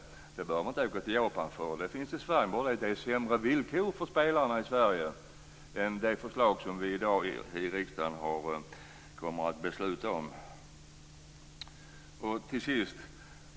Man behöver inte åka till Japan. Men det är sämre villkor för spelarna i Sverige än i det förslag som vi skall fatta beslut om.